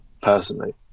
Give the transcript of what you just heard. personally